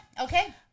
Okay